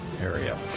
area